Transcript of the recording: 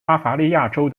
巴伐利亚州